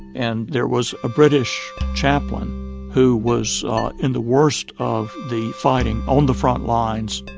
and there was a british chaplain who was in the worst of the fighting, on the front lines,